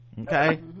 Okay